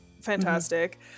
Fantastic